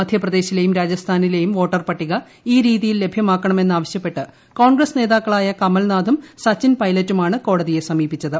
മധ്യപ്രദേശിലേയും രാജസ്ഥാനിലേയും വോട്ടർപട്ടിക ഈ രീതിയിൽ ലഭ്യമാക്കണമെന്ന് ആവശ്യപ്പെട്ട് കോൺഗ്രസ്സ് നേതാക്കളായ കമൽനാഥും സചിൻ പൈലറ്റുമാണ് കോടതിയെ സമീപിച്ചത്